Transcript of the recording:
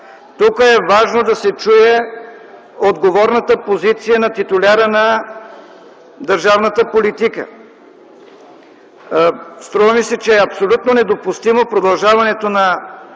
Тук е важно да се чуе отговорната позиция на титуляра на държавната политика. Струва ми се, че е абсолютно недопустимо продължаването на